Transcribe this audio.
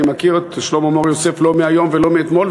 אני מכיר את שלמה מור-יוסף לא מהיום ולא מאתמול,